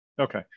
Okay